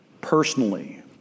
personally